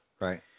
Right